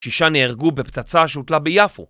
שישה נהרגו בפצצה שהוטלה ביפו.